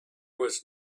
was